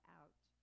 out